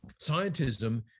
scientism